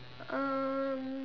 um